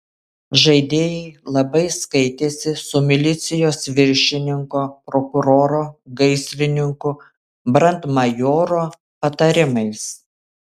žaidėjai labai skaitėsi su milicijos viršininko prokuroro gaisrininkų brandmajoro patarimais